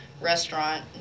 restaurant